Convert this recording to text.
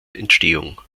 entstehung